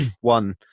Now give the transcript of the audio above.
one